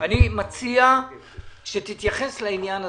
אני מציע שתתייחס לעניין הזה.